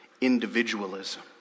individualism